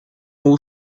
all